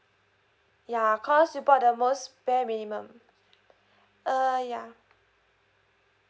ya cause you bought the most bare minimum uh yeah